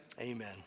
Amen